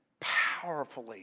powerfully